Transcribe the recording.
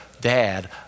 dad